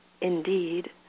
indeed